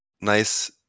nice